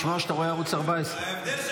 לשמוע שאתה רואה ערוץ 14. ההבדל,